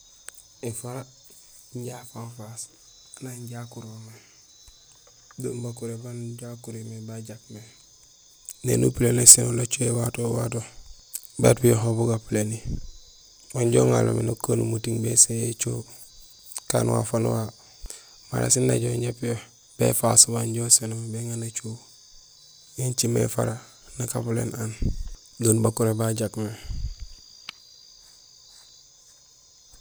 Ēfara inja afafaas aan anja akurol mé. Do bakuré babu, baan inja akuryo mé bajaak mé, néni upuléén ésénool acoho éwato wato, bat piyo ho bugapuléni. Wan injo uŋanlo mé nukanul muting béséén yo écoho; kaan waaf wanu wawu; mara sén najoow inja piyo béfaas wanja usénomé béŋa nacoho. Yo écimé éfara nak apuléén aan do bakuré ba jaak mé.